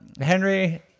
Henry